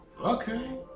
okay